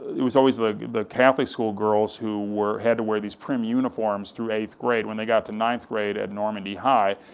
it was always the the catholic school girls who had to wear these prim uniforms through eight grade, when they got to ninth grade at normandy high,